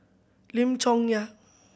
Lim Chong Yah